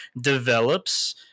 develops